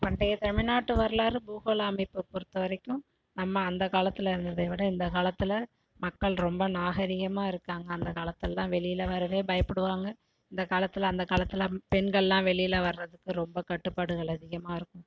பண்டைய தமிழ்நாட்டு வரலாறில் பூகோள அமைப்பை பொறுத்த வரைக்கும் நம்ம அந்த காலத்தில் இருந்ததை விட இந்த காலத்தில் மக்கள் ரொம்ப நாகரிகமாக இருக்காங்கள் அந்த காலத்திலலாம் வெளியில வரவே பயப்படுவாங்க இந்த காலத்தில் அந்த காலத்தில் பெண்கள்லாம் வெளியில வரதுக்கு ரொம்ப கட்டுப்பாடுகள் அதிகமாக இருக்கும்